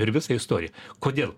per visą istoriją kodėl